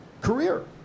career